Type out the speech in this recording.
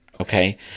Okay